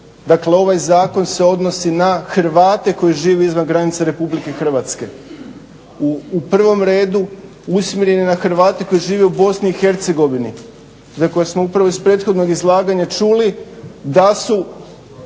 Dakle, ovaj zakon se odnosi na Hrvate koji žive izvan granica RH. U prvom redu usmjeren je na Hrvate koji žive u BiH za koje smo upravo iz prethodnog izlaganja čuli da su